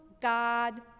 God